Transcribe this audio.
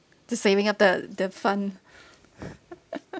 to saving up the the fund